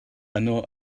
yno